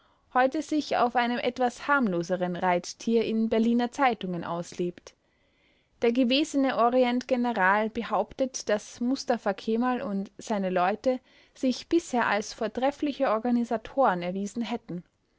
heute sich auf einem etwas harmloseren reittier in berliner zeitungen auslebt der gewesene orientgeneral behauptet daß mustapha kemal und seine leute sich bisher als vortreffliche organisatoren erwiesen hätten